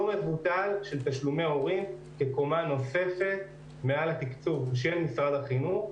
מבוטל של תשלומי הורים כקומה נוספת מעל לתקצוב של משרד החינוך,